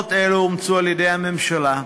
עקרונות אלו אומצו על-ידי הממשלה,